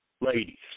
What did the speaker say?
ladies